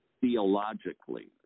theologically